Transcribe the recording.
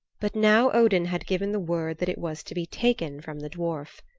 but now odin had given the word that it was to be taken from the dwarf.